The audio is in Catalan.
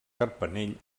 carpanell